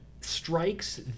strikes